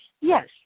yes